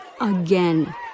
again